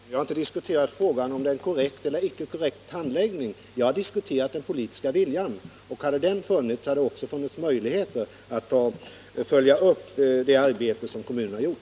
Herr talman! Vi har inte diskuterat frågan om en korrekt eller icke korrekt handläggning. Vi har diskuterat den politiska viljan. Hade den funnits hade det också funnits möjligheter att följa upp det arbete kommunen gjort.